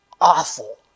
awful